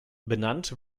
benannt